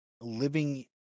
living